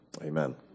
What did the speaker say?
Amen